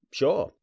sure